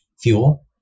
fuel